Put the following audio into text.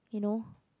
you know